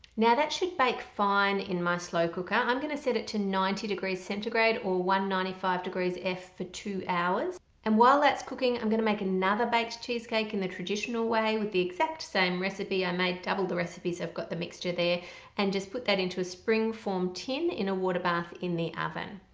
now that should bake fine in my slow cooker. i'm gonna set it to ninety degrees centigrade or one hundred and ninety five degrees f for two hours and while that's cooking i'm gonna make another baked cheesecake in the traditional way with the exact same recipe i made double the recipe so i've got the mixture there and just put that into a springform tin in a water bath in the oven.